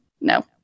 no